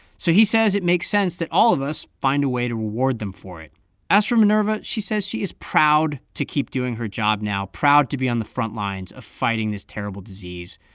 so he says it makes sense that all of us find a way to reward them for it as for minerva, she says she is proud to keep doing her job now, proud to be on the front lines of this terrible disease.